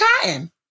cotton